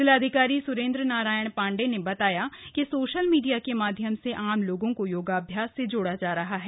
जिलाधिकारी सुरेन्द्र नारायण पांडे ने बताया कि सोशल मीडिया के माध्यम से आम लोगों को योगाभ्यास से जोड़ा जा रहा है